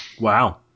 Wow